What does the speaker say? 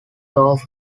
though